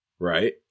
Right